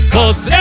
Cause